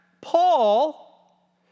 Paul